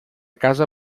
casa